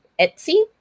etsy